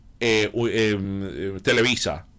Televisa